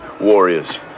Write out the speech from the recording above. warriors